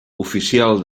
oficial